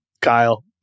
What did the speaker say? Kyle